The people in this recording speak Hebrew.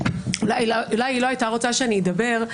אולי היא לא הייתה רוצה שאני אדבר,